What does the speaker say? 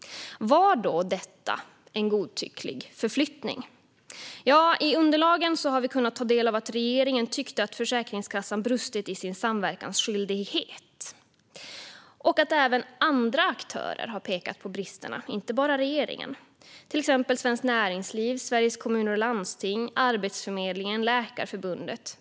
Var då detta en godtycklig förflyttning? I underlagen har vi kunnat ta del av att regeringen tyckte att Försäkringskassan brustit i sin samverkansskyldighet och att även andra aktörer - inte bara regeringen - har pekat på bristerna, till exempel Svenskt Näringsliv, Sveriges Kommuner och Landsting, Arbetsförmedlingen och Läkarförbundet.